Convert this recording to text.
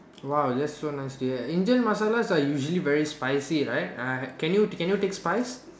!wow! that's so nice to hear Indian masalas are usually very spicy right uh can you can you take spice